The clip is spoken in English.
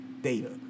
data